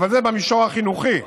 אבל זה במישור החינוכי.